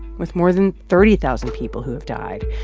with more than thirty thousand people who have died.